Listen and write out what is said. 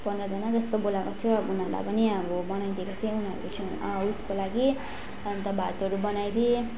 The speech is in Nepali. पन्ध्रजना जस्तो बोलाएको थियो उनीहरूलाई पनि अब बनाइदिएको थिएँ उयस्को लागि अन्त भातहरू बनाइदिएँ